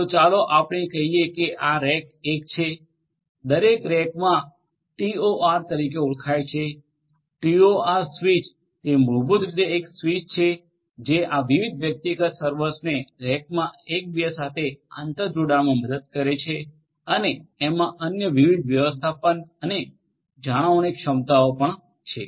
તો ચાલો આપણે કહીએ કે આ રેક 1 છે દરેક રેકમાં ટીઓઆર તરીકે ઓળખાય છે ટીઓઆર સ્વિચ તે મૂળભૂત રીતે એક સ્વિચ જે છે આ વિવિધ વ્યક્તિગત સર્વર્સને રેકમાં એક બીજા સાથે આંતરજોડાણમા મદદ કરે છે અને એમાં અન્ય વિવિધ વ્યવસ્થાપન અને જાળવણી ક્ષમતાઓ પણ છે